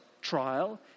trial